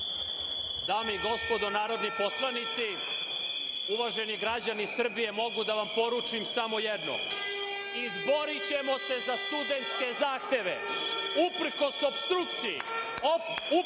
Dame i gospodo narodni poslanici, uvaženi građani Srbije, mogu da vam poručim samo jedno – izborićemo se za studentske zahteve uprkos opstrukciji,